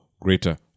greater